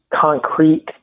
concrete